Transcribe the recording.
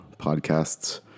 podcasts